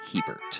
Hebert